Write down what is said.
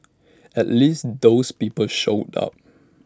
at least those people showed up